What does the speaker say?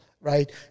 Right